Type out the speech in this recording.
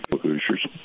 Hoosiers